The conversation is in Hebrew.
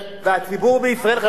והציבור בישראל חייב,